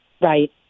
Right